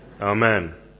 Amen